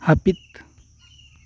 ᱦᱟ ᱯᱤᱫ